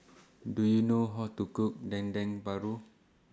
Do YOU know How to Cook Dendeng Paru